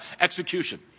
Execution